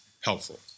helpful